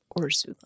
Orzula